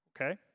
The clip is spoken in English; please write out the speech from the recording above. okay